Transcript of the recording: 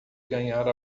ganhar